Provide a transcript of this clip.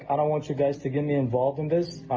i don't want you guys to get me involved in this.